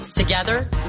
Together